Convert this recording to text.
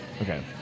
Okay